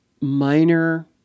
minor